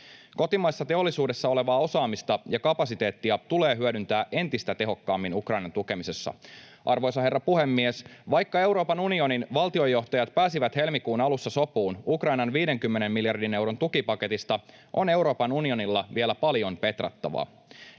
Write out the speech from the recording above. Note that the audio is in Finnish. Kotimaisessa teollisuudessa olevaa osaamista ja kapasiteettia tulee hyödyntää entistä tehokkaammin Ukrainan tukemisessa. Arvoisa herra puhemies! Vaikka Euroopan unionin valtiojohtajat pääsivät helmikuun alussa sopuun Ukrainan 50 miljardin euron tukipaketista, on Euroopan unionilla vielä paljon petrattavaa.